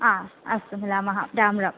आ अस्तु मिलामः राम राम